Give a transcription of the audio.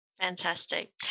Fantastic